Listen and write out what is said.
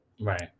Right